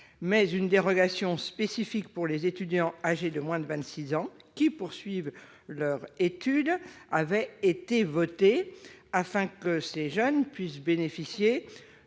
une dérogation spécifique pour les étudiants âgés de moins de 26 ans qui poursuivent leurs études avait été votée, afin de leur permettre de bénéficier